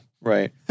Right